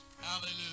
Hallelujah